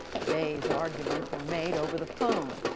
the day's arguments were made over the phone.